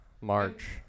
March